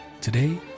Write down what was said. Today